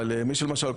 אבל מי שלמשל,